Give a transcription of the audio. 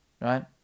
right